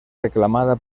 reclamada